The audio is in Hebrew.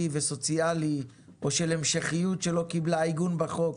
וסוציאלי או של המשכיות שלא קיבלה עיגון בחוק,